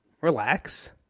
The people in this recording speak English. relax